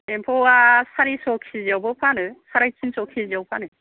एम्फौवा सारिस' केजि आवबो फानो सारे तिनस' केजि आव फानो